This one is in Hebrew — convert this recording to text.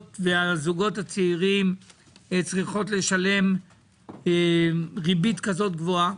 וזוגות צעירים צריכים לשלם ריבית כזאת גבוהה.